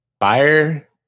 fire